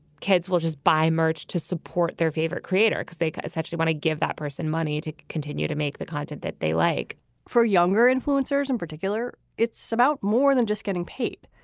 kids will just buy merch to support their favorite creator because they actually want to give that person money to continue to make the content that they like for younger influencers in particular, it's about more than just getting paid.